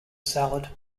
salad